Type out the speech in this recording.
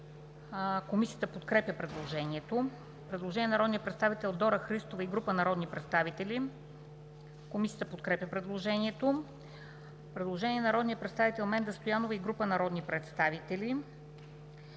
Комисията подкрепя предложението. Има предложение на народния представител Дора Христова и група народни представители. Комисията подкрепя предложението. Предложение от народния представител Менда Стоянова и група народни представители.